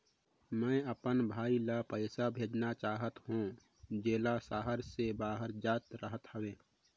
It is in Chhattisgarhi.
मैं अपन भाई ल पइसा भेजा चाहत हों, जेला शहर से बाहर जग रहत हवे